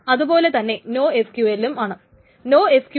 അതുപോലെ തന്നെ NoSQL ഉം ആണ്